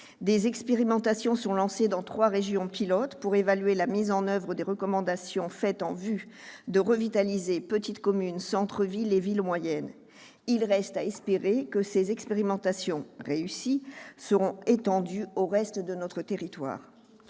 Des expérimentations sont lancées dans trois régions pilotes pour évaluer la mise en oeuvre des recommandations faites en vue de revitaliser les petites communes, les centres-villes et les villes moyennes. Il reste à espérer que les expérimentations réussies seront étendues au reste de notre territoire.